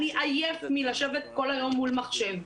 אני עייף מלשבת כל היום מול מחשב,